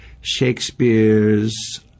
Shakespeare's